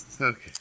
okay